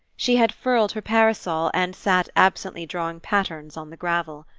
she had furled her parasol and sat absently drawing patterns on the gravel.